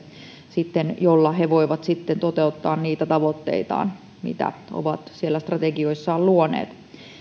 jolla he voivat sitten toteuttaa niitä tavoitteitaan mitä ovat strategioissaan luoneet